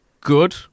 good